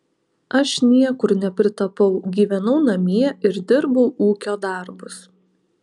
aš niekur nepritapau gyvenau namie ir dirbau ūkio darbus